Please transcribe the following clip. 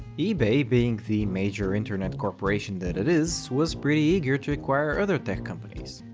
ebay, being the major internet corporation that it is, was pretty eager to acquire other tech companies.